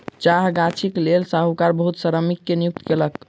चाह गाछीक लेल साहूकार बहुत श्रमिक के नियुक्ति कयलक